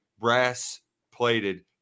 brass-plated